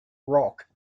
rock